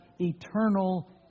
eternal